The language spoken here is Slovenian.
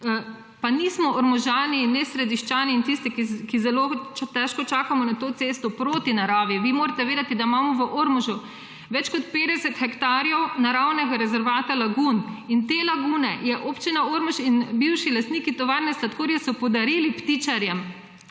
Pa nismo Ormožani in ne Središčani in tisti, ki zelo težko čakamo na to cesto, proti naravi. Vi morate vedeti, da imamo v Ormožu več kot 50 hektarjev naravnega rezervata lagun. Te lagune so Občina Ormož in bivši lastniki tovarne sladkorja podarili ptičarjem